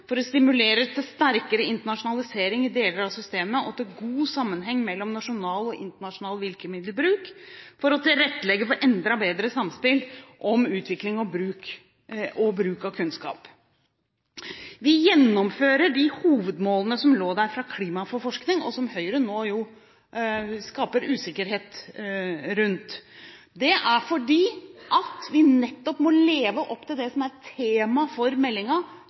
for å stimulere til sterkere internasjonalisering i deler av systemet – at det er god sammenheng mellom nasjonal og internasjonal virkemiddelbruk – og for å tilrettelegge for enda bedre samspill om utvikling og bruk av kunnskap. Vi gjennomfører de hovedmålene som lå i St. meld. nr. 30 for 2008–2009, Klima for forskning – og som Høyre nå skaper usikkerhet rundt – fordi vi må leve opp til det som er temaet for